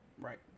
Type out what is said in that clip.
Right